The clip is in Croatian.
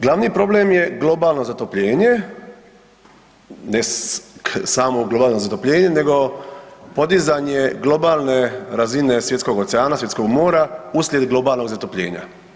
Glavni problem je globalno zatopljenje, ne samo globalno zatopljenje nego podizanje globalne razine svjetskog oceana, svjetskog mora uslijed globalnog zatopljenja.